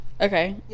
Okay